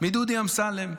מדודי אמסלם.